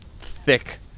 thick